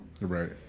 Right